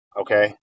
Okay